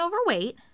overweight